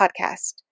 podcast